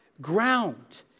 ground